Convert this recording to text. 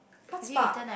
what's park